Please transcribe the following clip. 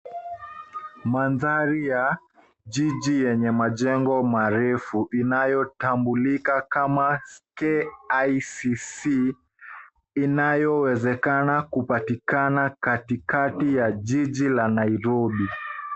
Mandhari ya jiji yenye majengo marefu, inayotambulika kama KICC, inayowezekana kupatikana katikati ya jiji la Nairobi.